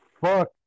fuck